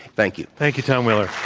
thank you. thank you, tom wheeler.